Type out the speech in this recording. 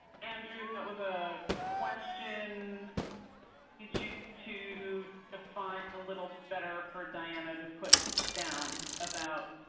andrew, that was a question. need you to find a little better for diana to put down about.